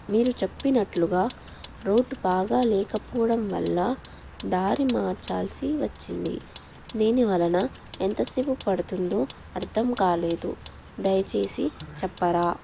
మీరు చెప్పినట్లుగా రోడ్డు బాగా లేకపోవడం వల్ల దారి మార్చాల్సి వచ్చింది దీని వలన ఎంత సేపు పడుతుందో అర్థం కాలేదు దయచేసి చెప్పరా